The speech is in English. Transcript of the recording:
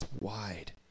wide